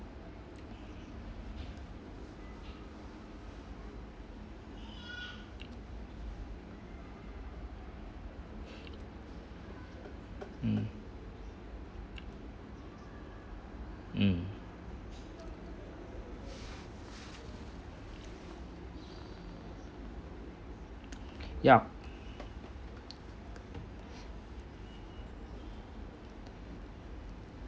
mm mm ya